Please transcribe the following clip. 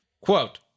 Quote